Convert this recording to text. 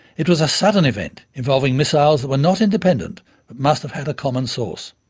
it was a sudden event involving missiles that were not independent but must have had a common source.